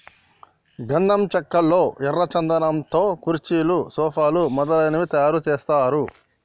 గంధం చెక్కల్లో ఎర్ర చందనం తో కుర్చీలు సోఫాలు మొదలగునవి తయారు చేస్తారు